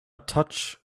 touch